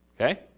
okay